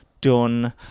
done